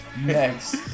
next